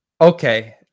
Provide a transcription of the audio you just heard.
okay